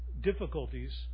difficulties